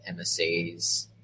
MSAs